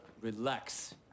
relax